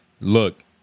Look